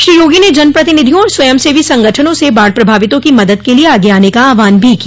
श्री योगी ने जनप्रतिनिधियों और स्वयंसेवी संगठनों से बाढ़ प्रभावितों की मदद के लिए आगे आने का आहवान भी किया